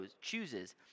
chooses